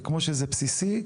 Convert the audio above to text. וכמו שזה בסיסי,